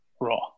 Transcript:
raw